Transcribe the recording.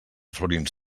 florins